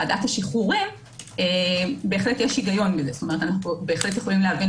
בוועדת השחרורים יש היגיון אנחנו יכולים להבין